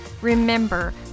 remember